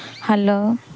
hello